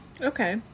okay